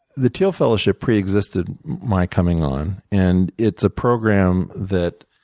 the teal fellowship preexisted my coming on. and it's a program that